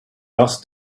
asked